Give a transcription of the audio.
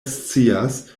scias